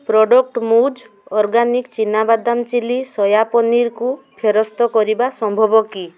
product ମୂଜ୍ organic ଚିନା ବାଦାମ ଚିଲ୍ଲି ସୋୟା ପନିର୍କୁ ଫେରସ୍ତ କରିବା ସମ୍ଭବ କି